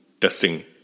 testing